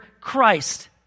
Christ